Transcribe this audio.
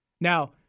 Now